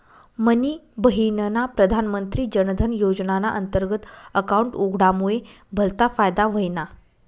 मनी बहिनना प्रधानमंत्री जनधन योजनाना अंतर्गत अकाउंट उघडामुये भलता फायदा व्हयना